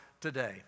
today